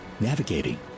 navigating